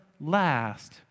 last